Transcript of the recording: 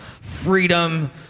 Freedom